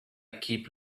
keep